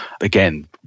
Again